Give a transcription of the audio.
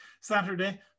Saturday